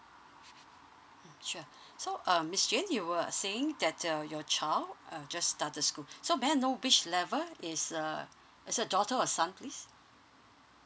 mm sure so um miss lin you were saying that uh your child uh just started school so may I know which level is uh is a daughter or son please